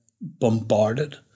bombarded